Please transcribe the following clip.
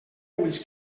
ulls